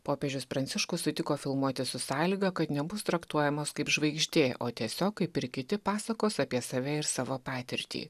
popiežius pranciškus sutiko filmuotis su sąlyga kad nebus traktuojamas kaip žvaigždė o tiesiog kaip ir kiti pasakos apie save ir savo patirtį